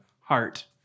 heart